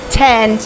ten